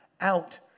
out